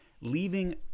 leaving